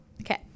Okay